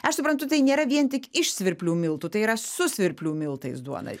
aš suprantu tai nėra vien tik iš svirplių miltų tai yra su svirplių miltais duona